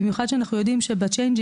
במיוחד שאנחנו יודעים שבצ'יינג'ים,